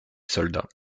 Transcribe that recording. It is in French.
soldats